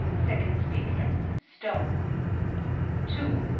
second speaker stone two.